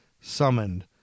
summoned